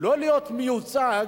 לא להיות מיוצגת,